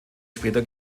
später